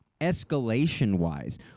escalation-wise